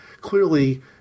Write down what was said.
clearly